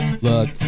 Look